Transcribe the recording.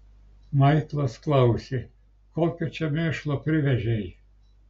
maiklas klausė kokio čia mėšlo privežei